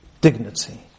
dignity